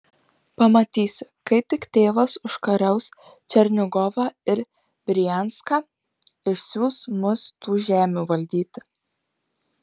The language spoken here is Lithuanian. pamatysi kai tik tėvas užkariaus černigovą ir brianską išsiųs mus tų žemių valdyti